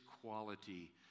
quality